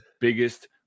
biggest